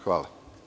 Hvala.